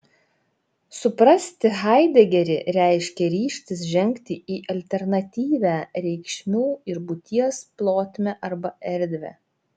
suprasti haidegerį reiškia ryžtis žengti į alternatyvią reikšmių ir būties plotmę arba erdvę